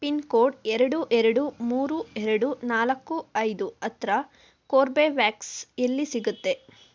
pin code ಎರಡು ಎರಡು ಮೂರು ಎರಡು ನಾಲ್ಕು ಐದು ಹತ್ರ ಕೋರ್ಬೆವ್ಯಾಕ್ಸ್ ಎಲ್ಲಿ ಸಿಗುತ್ತೆ